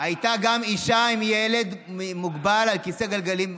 הייתה גם אישה עם ילד מוגבל על כיסא גלגלים.